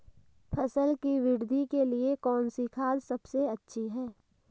फसल की वृद्धि के लिए कौनसी खाद सबसे अच्छी है?